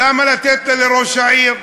למה לתת אותה לראש העיר?